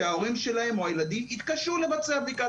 שההורים שלהם או הילדים התקשו לבצע בדיקת